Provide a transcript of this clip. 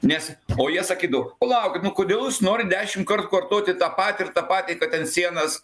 nes o jie sakydavo palaukit nu kodėl jūs norit dešimt kart kartoti tą patį ir tą patį kad ten sienas